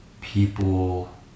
people